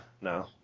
No